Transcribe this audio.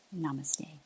Namaste